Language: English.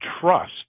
trust